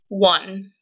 One